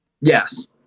Yes